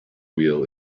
wheel